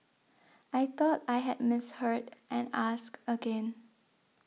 I thought I had misheard and asked again